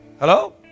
hello